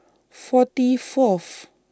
forty Fourth